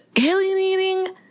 alienating